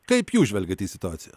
kaip jūs žvelgiat į situaciją